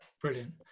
Brilliant